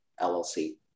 LLC